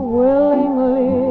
willingly